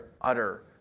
utter